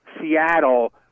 Seattle